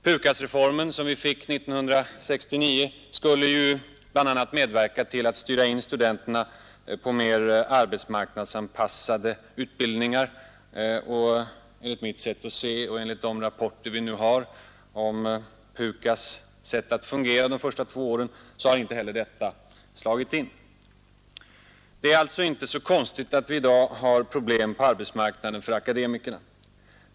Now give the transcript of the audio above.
PUKAS-reformen, som vi fick 1969, skulle ju bl.a. medverka till att styra in studenterna på mera arbetsmarknadsanpassade utbildningar. Enligt mitt sätt att se och enligt de rapporter som vi nu har om PUKAS? sätt att fungera under de första två åren har inte heller detta slagit in. Det är alltså inte så konstigt att vi i dag har problem på arbetsmarknaden för akademikerna.